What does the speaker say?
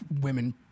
women